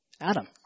Adam